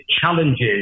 challenges